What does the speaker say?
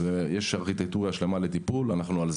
יש ארכיטקטורה שלמה לטיפול, אנחנו על זה.